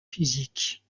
physique